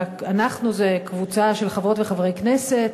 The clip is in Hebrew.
אנחנו זה קבוצה של חברות וחברי כנסת,